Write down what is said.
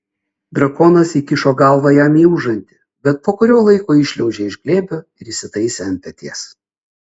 drakonas įkišo galvą jam į užantį bet po kurio laiko iššliaužė iš glėbio ir įsitaisė ant peties